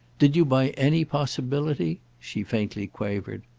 did you by any possibility? she faintly quavered.